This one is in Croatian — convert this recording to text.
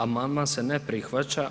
Amandman se ne prihvaća.